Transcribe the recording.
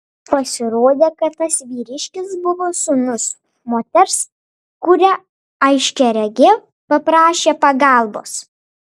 pasirodė kad tas vyriškis buvo sūnus moters kurią aiškiaregė paprašė pagalbos